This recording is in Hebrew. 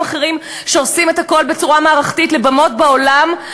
אחרים שעושים את הכול בצורה מערכתית לבמות בעולם,